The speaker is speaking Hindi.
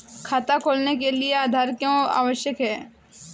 खाता खोलने के लिए आधार क्यो आवश्यक है?